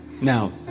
Now